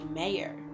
mayor